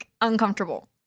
uncomfortable